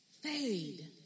fade